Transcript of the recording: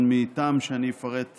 אבל מטעם שאני אפרט בהמשך,